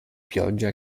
pioggia